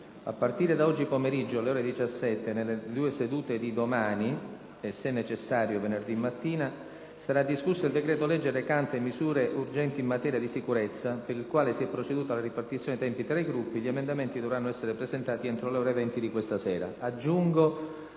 A partire da oggi pomeriggio, alle ore 17, nelle due sedute di domani e, se necessario, venerdì mattina, sarà discusso il decreto-legge recante misure urgenti in materia di sicurezza, per il quale si è proceduto alla ripartizione dei tempi tra i Gruppi. Gli emendamenti dovranno essere presentati entro le ore 20 di questa sera.